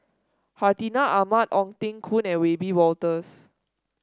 Hartinah Ahmad Ong Teng Koon and Wiebe Wolters